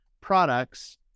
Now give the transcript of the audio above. products